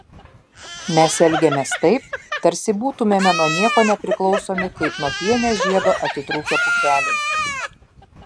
mes elgiamės taip tarsi būtumėme nuo nieko nepriklausomi kaip nuo pienės žiedo atitrūkę pūkeliai